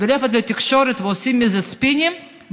והולכים לתקשורת ועושים מזה ספינים,